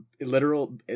literal